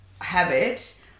habit